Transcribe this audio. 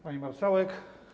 Pani Marszałek!